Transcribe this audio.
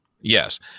Yes